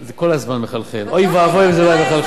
זה כל הזמן מחלחל, אוי ואבוי אם זה לא היה מחלחל.